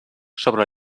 sobre